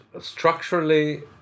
structurally